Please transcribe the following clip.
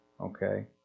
Okay